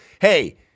Hey